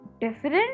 different